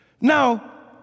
Now